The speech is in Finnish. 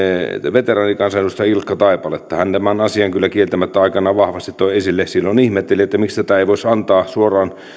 veteraanikansanedustaja ilkka taipaletta hän tämän asian kyllä kieltämättä aikanaan toi vahvasti esille ja silloin ihmettelin että miksi ei voisi antaa suoraan tätä